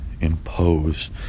impose